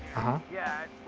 yeah